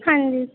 ਹਾਂਜੀ